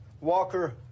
Walker